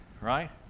right